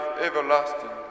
everlasting